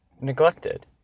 neglected